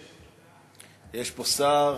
יש פה שר.